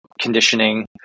conditioning